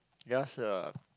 theirs is uh